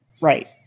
Right